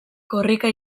korrika